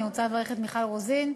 אני רוצה לברך את מיכל רוזין.